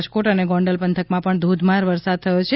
રાજકોટ અને ગોંડલ પંથકમાં પણ ધોધમાર વરસાદ થયો છે